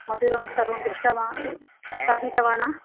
मधुरं सर्वं दृष्टवती खादितवती